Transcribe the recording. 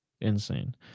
Insane